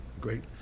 Great